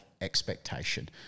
expectation